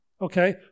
Okay